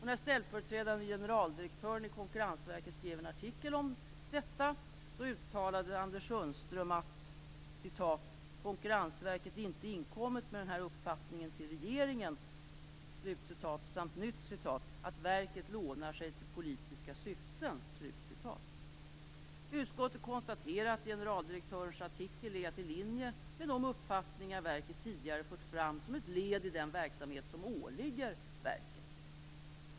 När ställföreträdande generaldirektören i Konkurrensverket skrev en artikel om detta, uttalade Anders Sundström att "Konkurrensverket inte inkommit med denna uppfattning till regeringen" samt att "verket lånar sig till politiska syften". Utskottet konstaterar att generaldirektörens artikel är helt i linje med de uppfattningar som verket tidigare har fört fram som ett led i den verksamhet som åligger verket.